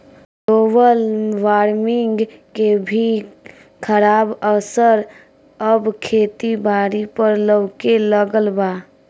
global warming के भी खराब असर अब खेती बारी पर लऊके लगल बा